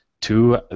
two